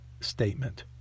statement